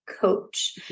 coach